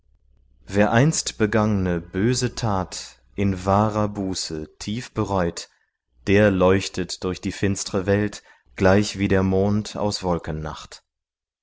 wer einst begangne böse tat in wahrer buße tief bereut der leuchtet durch die finstre welt gleichwie der mond aus wolkennacht